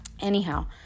Anyhow